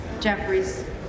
Jeffries